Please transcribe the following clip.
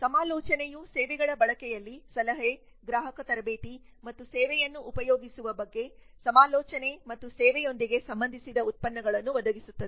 ಸಮಾಲೋಚನೆಯು ಸೇವೆಗಳ ಬಳಕೆಯಲ್ಲಿ ಸಲಹೆ ಗ್ರಾಹಕ ತರಬೇತಿ ಮತ್ತು ಸೇವೆಯನ್ನು ಉಪಯೋಗಿಸುವ ಬಗ್ಗೆ ಸಮಾಲೋಚನೆ ಮತ್ತು ಸೇವೆಯೊಂದಿಗೆ ಸಂಬಂಧಿಸಿದ ಉತ್ಪನ್ನಗಳನ್ನು ಒದಗಿಸುತ್ತದೆ